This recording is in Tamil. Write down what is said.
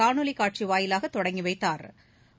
காணொலி காட்சி வாயிலாக தொடங்கி வைத்தாா்